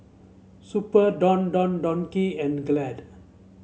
Super Don Don Donki and Glad